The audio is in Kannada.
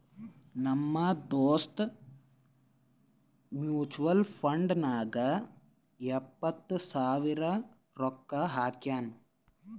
ನಮ್ ದೋಸ್ತ ಮ್ಯುಚುವಲ್ ಫಂಡ್ ನಾಗ್ ಎಪ್ಪತ್ ಸಾವಿರ ರೊಕ್ಕಾ ಹಾಕ್ಯಾನ್